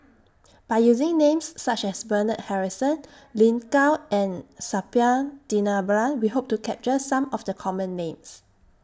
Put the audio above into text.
By using Names such as Bernard Harrison Lin Gao and Suppiah Dhanabalan We Hope to capture Some of The Common Names